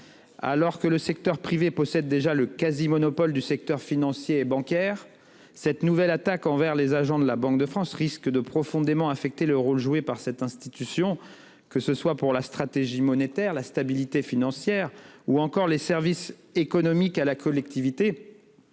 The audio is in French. Alors que le secteur privé possède déjà le quasi-monopole du secteur financier et bancaire, cette nouvelle attaque envers les agents de la Banque de France risque de profondément affecter le rôle joué par l'institution, que ce soit en matière de stratégie monétaire, de stabilité financière ou encore de services économiques rendus à la collectivité.